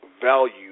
value